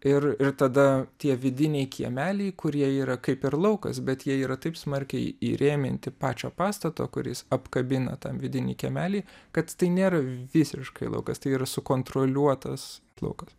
ir ir tada tie vidiniai kiemeliai kurie yra kaip ir laukas bet jie yra taip smarkiai įrėminti pačio pastato kuris apkabina tą vidinį kiemelį kad tai nėra visiškai laukas tai yra sukontroliuotas laukas